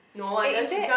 eh is that